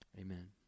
Amen